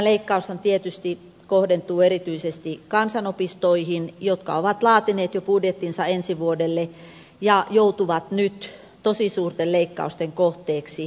nämä leikkauksethan tietysti kohdentuvat erityisesti kansanopistoihin jotka ovat laatineet jo budjettinsa ensi vuodelle ja joutuvat nyt tosi suurten leikkausten kohteeksi